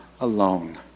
alone